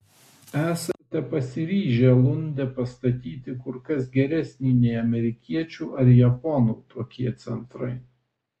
esate pasiryžę lunde pastatyti kur kas geresnį nei amerikiečių ar japonų tokie centrai